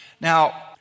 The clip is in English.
Now